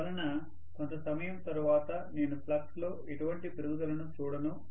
దీనివలన కొంత సమయం తర్వాత నేను ఫ్లక్స్లో ఎటువంటి పెరుగుదలను చూడను